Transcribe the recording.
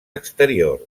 exteriors